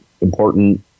important